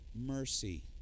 mercy